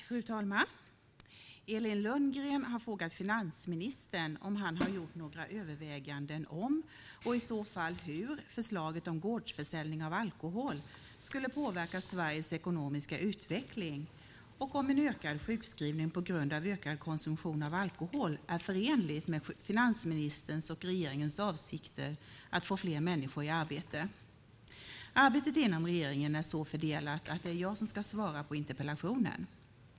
Fru talman! Elin Lundgren har frågat finansministern om han gjort några överväganden om och i så fall hur förslaget om gårdsförsäljning av alkohol skulle påverka Sveriges ekonomiska utveckling och om en ökad sjukskrivning på grund av en ökad konsumtion av alkohol är förenligt med finansministerns och regeringens avsikter att få fler människor i arbete. Arbetet inom regeringen är så fördelat att det är jag som ska svara på interpellationen.